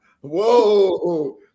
Whoa